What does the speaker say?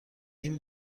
این